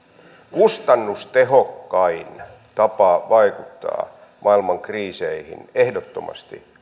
kustannustehokkain tapa vaikuttaa maailman kriiseihin on ehdottomasti